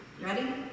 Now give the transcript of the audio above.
Ready